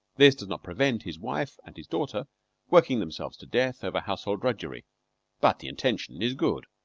this does not prevent his wife and his daughter working themselves to death over household drudgery but the intention is good.